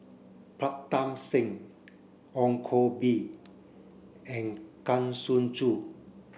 Pritam Singh Ong Koh Bee and Kang Siong Joo